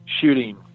shooting